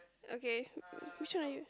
okay which one are you